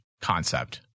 concept